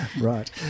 Right